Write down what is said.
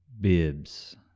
bibs